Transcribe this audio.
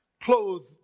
clothed